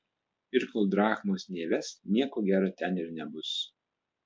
ir kol drachmos neįves nieko gero ten ir nebus